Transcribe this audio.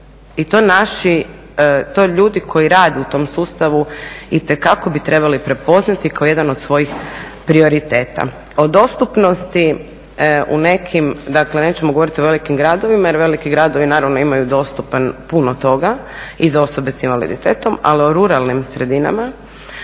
i to naši, to ljudi koji rade u tom sustavu itekako bi trebali prepoznati kao jedan od svojih prioriteta. O dostupnosti u nekim, dakle nećemo govoriti o velikim gradovima jer veliki gradovi naravno imaju dostupan puno toga i za osobe sa invaliditetom ali o ruralnim sredinama,